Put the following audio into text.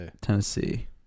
Tennessee